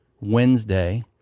Wednesday